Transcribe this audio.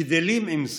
גדלים עם זה.